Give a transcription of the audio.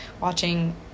watching